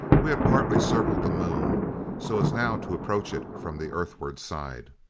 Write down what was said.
we had partly circled the moon so as now to approach it from the earthward side.